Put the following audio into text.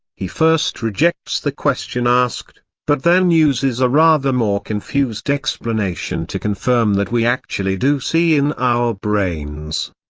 he first rejects the question asked, but then uses a rather more confused explanation to confirm that we actually do see in our brains.